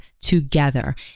together